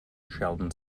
sheldon